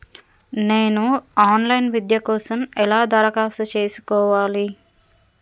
నేను online విద్య కోసం ఎలా దరఖాస్తు చేసుకోవాలి?